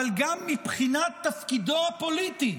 אבל גם מבחינת תפקידו הפוליטי.